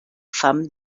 fam